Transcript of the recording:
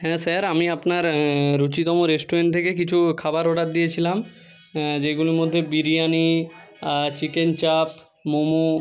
হ্যাঁ স্যার আমি আপনার রুচিতম রেস্টুরেন্ট থেকে কিছু খাবার অর্ডার দিয়েছিলাম যেগুলোর মধ্যে বিরিয়ানি চিকেন চাপ মোমো